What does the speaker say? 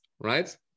right